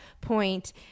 point